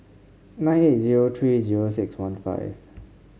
nine eight zero three zero six one five